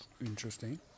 interesting